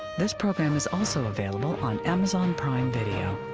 this program is also available on amazon prime video.